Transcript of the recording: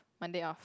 Monday off